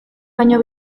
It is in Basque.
baino